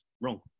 wrong